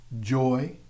joy